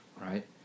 right